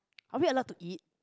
are we allowed to eat